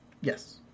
yes